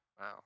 wow